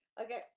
okay